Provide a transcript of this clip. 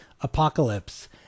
apocalypse